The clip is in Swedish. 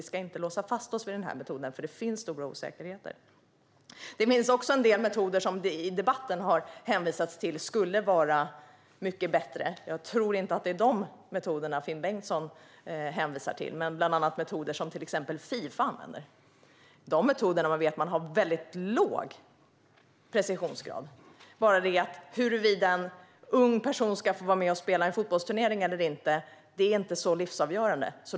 Vi ska inte låsa fast oss i den här metoden eftersom det finns stora osäkerheter. Det finns också en del metoder som det i debatten har hänvisats till och som skulle vara mycket bättre. Jag tror inte att det är de metoderna Finn Bengtsson hänvisar till. Det gäller bland annat metoder som till exempel Fifa använder. De metoderna har låg precisionsgrad. Men huruvida en ung person ska få vara med och spela en fotbollsturnering eller inte är inte så livsavgörande.